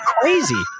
crazy